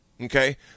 okay